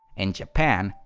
in japan,